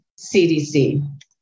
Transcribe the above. CDC